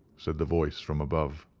said the voice from above.